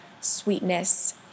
sweetness